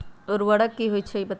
उर्वरक की होई छई बताई?